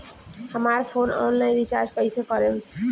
हमार phone online recharge कईसे करेम?